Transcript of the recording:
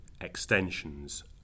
extensions